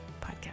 podcast